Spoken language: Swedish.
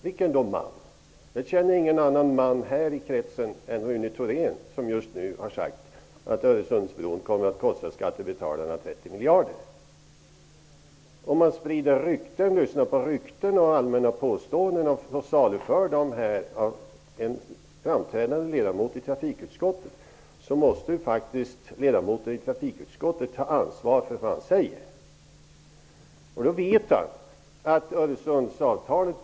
Vilken ''man''? Jag känner ingen annan ''man'' här i kretsen än Rune Thorén som just nu har sagt att Öresundsbron kommer att kosta skattebetalarna 30 miljarder. Om en framträdande ledamot i trafikutskottet lyssnar på rykten och allmänna påståenden och saluför dem här måste faktiskt ledamoten i trafikutskottet ta ansvar för vad han säger. Rune Thorén vet att Öresundsavtalet bygger på att projektet skall finansieras av trafikantavgifter.